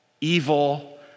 evil